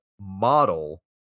model